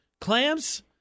clams